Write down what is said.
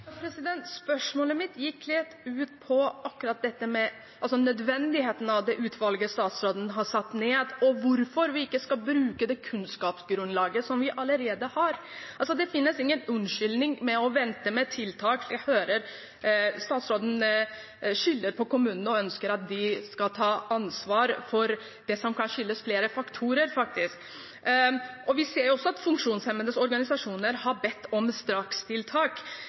nødvendigheten av det utvalget statsråden har satt ned, og hvorfor vi ikke skal bruke det kunnskapsgrunnlaget vi allerede har. Det finnes ingen unnskyldning for å vente med tiltak. Jeg hører at statsråden skylder på kommunene og ønsker at de skal ta ansvar for det som kan skyldes flere faktorer. Vi ser også at funksjonshemmedes organisasjoner har bedt om strakstiltak.